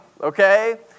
okay